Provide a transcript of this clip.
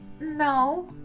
No